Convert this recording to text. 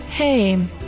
Hey